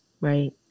right